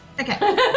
Okay